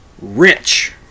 rich